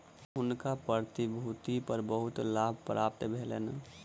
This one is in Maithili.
हुनका प्रतिभूति पर बहुत लाभ प्राप्त भेलैन